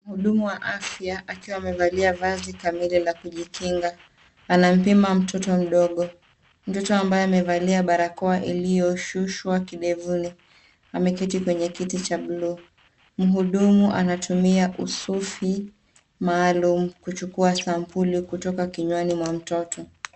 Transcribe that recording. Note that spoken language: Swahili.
Mhudumu wa afya akiwa amevalia vazi kamili ya kujikinga anampima mtoto mdogo, mtoto ambaye amevalia barakoa iliyoshushwa kidevuni, ameketi kwenye kiti cha buluu. Mhudumu anatumia usufi maalum kuchukua sampuli kutoka kinywani mwa mtoto.